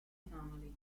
family